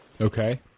Okay